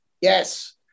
Yes